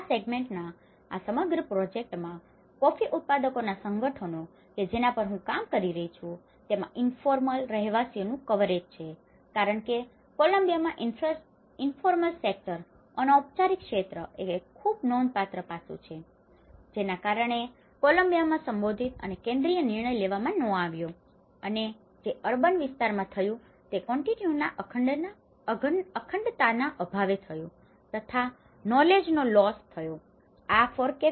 આ સેગમેન્ટના આ સમગ્ર પ્રોજેક્ટમાં કોફી ઉત્પાદકોના સંગઠનો કે જેના પર હું કામ કરી રહ્યો છું તેમાં ઇન્ફોર્મલ informal અનૌપચારિક રહેવાસીઓનું કવરેજ coverage વ્યાપિત છે કારણ કે કોલમ્બિયામાં ઇન્ફોર્મલ સેક્ટર informal sector અનૌપચારિક ક્ષેત્ર એ એક ખૂબ નોંધપાત્ર પાસું છે જેના કારણે કોલમ્બિયામાં સંબોધિત અને કેન્દ્રીય નિર્ણય લેવામાં ન આવ્યો અને જે અર્બન urban શહેરી વિસ્તારોમાં થયું તે કોન્ટિન્યુટીના continuity અખંડતા અભાવે થયું તથા નોલેજનો knowledge જ્ઞાન લોસ loss નુકસાન થયો